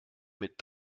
mit